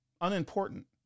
unimportant